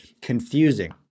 confusing